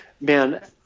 man